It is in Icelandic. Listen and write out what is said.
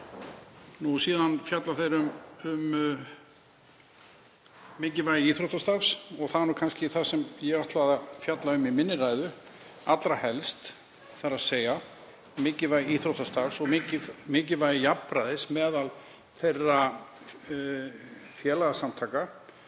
Síðan fjalla þeir um mikilvægi íþróttastarfs. Það er kannski það sem ég ætlaði að fjalla um í minni ræðu allra helst, þ.e. mikilvægi íþróttastarfs og mikilvægi jafnræðis meðal þeirra félagasamtaka